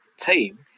team